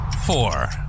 four